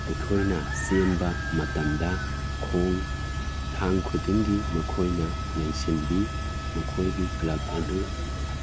ꯑꯩꯈꯣꯏꯅ ꯆꯦꯟꯕ ꯃꯇꯝꯗ ꯈꯣꯡꯊꯥꯡ ꯈꯨꯗꯤꯡꯒꯤ ꯃꯈꯣꯏꯅ ꯌꯦꯡꯁꯤꯟꯕꯤ ꯃꯈꯣꯏꯒꯤ ꯀ꯭ꯂꯕ ꯑꯗꯨ